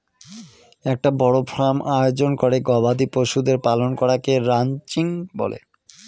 একটা বড় ফার্ম আয়োজন করে গবাদি পশুদের পালন করাকে রানচিং বলে